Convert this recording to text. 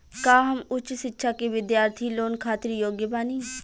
का हम उच्च शिक्षा के बिद्यार्थी लोन खातिर योग्य बानी?